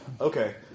Okay